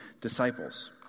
disciples